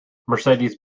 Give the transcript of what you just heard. mercedes